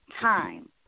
time